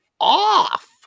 off